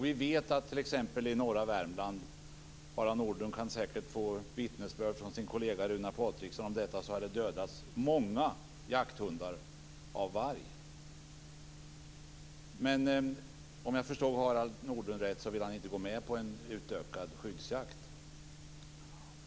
Vi vet att i t.ex. norra Värmland - Harald Nordlund kan säkert få vittnesbörd från sin kollega Runar Patriksson om detta - har många jakthundar dödats av varg. Men om jag förstod Harald Nordlund rätt vill han inte gå med på en utökad skyddsjakt.